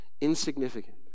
insignificant